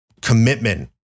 commitment